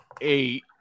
eight